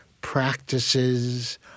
practices